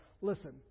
listen